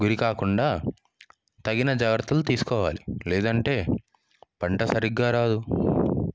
గురి కాకుండా తగిన జాగ్రత్తలు తీసుకోవాలి లేదంటే పంట సరిగ్గా రాదు